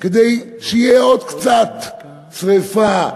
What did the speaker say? כדי שיהיו עוד קצת שרפה,